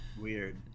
Weird